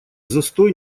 застой